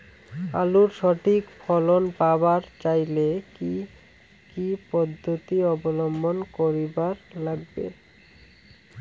আলুর সঠিক ফলন পাবার চাইলে কি কি পদ্ধতি অবলম্বন করিবার লাগবে?